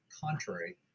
contrary